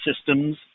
systems